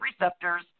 receptors